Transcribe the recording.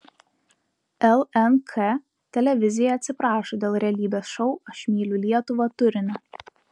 lnk televizija atsiprašo dėl realybės šou aš myliu lietuvą turinio